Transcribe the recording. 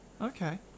Okay